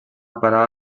parar